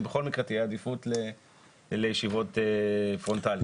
שבכל מקרה תהיה עדיפות לישיבות פרונטליות.